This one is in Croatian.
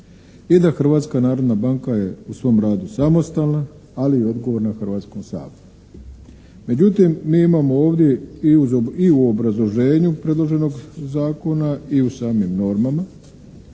i da Hrvatska narodna banka je u svom radu samostalna ali i odgovorna Hrvatskom saboru. Međutim, mi imamo ovdje i u obrazloženju predloženog zakona i u samim normama